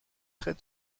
très